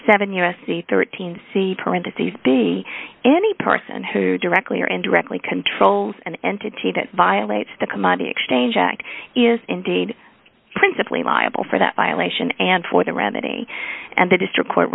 seven u s c thirteen c parentheses be any person who directly or indirectly controls an entity that violates the commodity exchange act is indeed principally liable for that violation and for the remedy and the district court